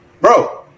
bro